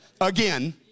Again